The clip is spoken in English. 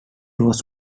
was